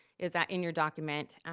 is that in your document?